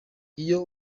iyo